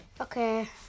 Okay